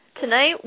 Tonight